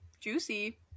Juicy